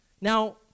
Now